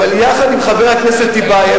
אבל יחד עם חבר הכנסת טיבייב,